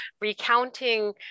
recounting